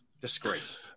Disgrace